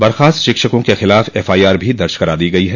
बर्खास्त शिक्षकों के खिलाफ एफआईआर भी दर्ज करायी गई है